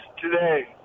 today